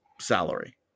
salary